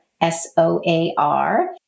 S-O-A-R